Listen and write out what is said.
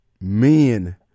men